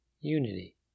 unity